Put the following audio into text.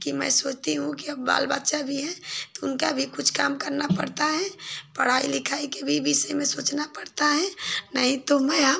कि मैं सोचती हूँ कि अब बाल बच्चा भी है तो उनका भी कुछ काम करना पड़ता है पढ़ाई लिखाई के भी विषय में सोचना पड़ता है नहीं तो मैं अब